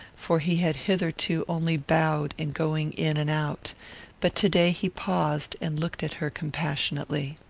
for he had hitherto only bowed in going in and out but to day he paused and looked at her compassionately.